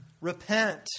repent